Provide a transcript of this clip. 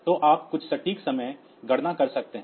तो आप कुछ सटीक समय गणना कर सकते हैं